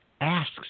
asks